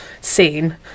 scene